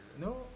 No